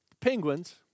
penguins